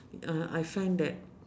uh I find that